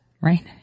right